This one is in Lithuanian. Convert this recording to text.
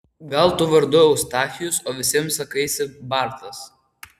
gal tu vardu eustachijus o visiems sakaisi bartas